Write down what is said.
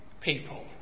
people